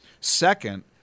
Second